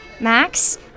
Max